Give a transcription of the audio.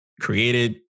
created